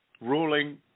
ruling